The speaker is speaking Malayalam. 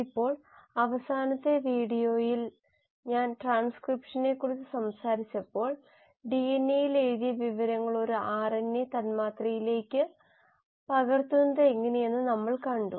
ഇപ്പോൾ അവസാനത്തെ വീഡിയോയിൽ ഞാൻ ട്രാൻസ്ക്രിപ്ഷനെ കുറിച്ച് സംസാരിച്ചപ്പോൾ ഡിഎൻഎയിൽ എഴുതിയ വിവരങ്ങൾ ഒരു ആർഎൻഎ തന്മാത്രയിലേക്ക് പകർത്തുന്നത് എങ്ങനെയെന്ന് നമ്മൾ കണ്ടു